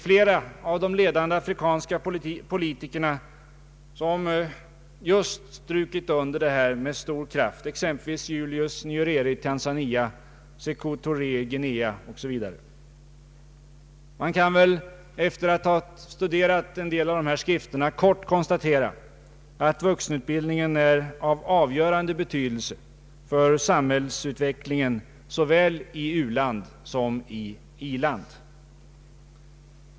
Flera av de ledande afrikanska politikerna har strukit under detta med stor kraft, exempelvis Julius Nyerere i Tanzania och Sekou Touré i Guinea. Man kan väl, efter att ha studerat en del av skrifterna i de här frågorna, konstatera att vuxenutbildningen är av avgörande betydelse för samhällsutvecklingen såväl i u-länder som i i-länder.